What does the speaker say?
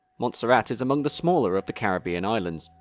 montserrat is among the smaller of the caribbean islands,